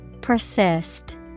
Persist